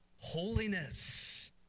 holiness